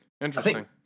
Interesting